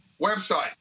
Website